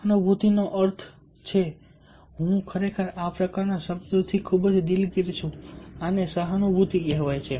સહાનુભૂતિનો અર્થ છે હું ખરેખર આ પ્રકારના શબ્દોથી ખૂબ જ દિલગીર છું આને સહાનુભૂતિ કહેવાય છે